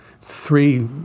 three